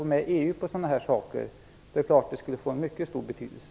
Om vi kan få med EU i dessa avseenden, skulle det få en mycket stor betydelse.